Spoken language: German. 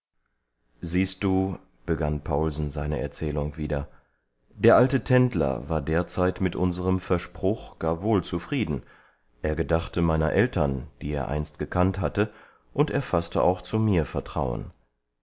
siehst du begann paulsen seine erzählung wieder der alte tendler war derzeit mit unserem verspruch gar wohl zufrieden er gedachte meiner eltern die er einst gekannt hatte und er faßte auch zu mir vertrauen